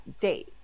days